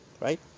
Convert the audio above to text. right